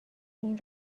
این